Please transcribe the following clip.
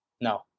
No